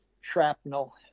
shrapnel